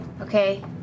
Okay